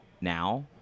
now